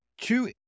two